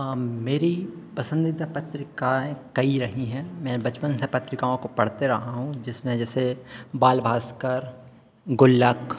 हाँ मेरी पसन्दीदा पत्रिकाएँ कई रही हैं मैं बचपन से पत्रिकाओं को पढ़ता रहा हूँ जिसमें जैसे बाल भास्कर गुल्लक़